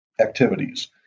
activities